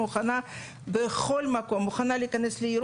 היא מוכנה בכל מקום: מוכנה להיכנס לירוחם,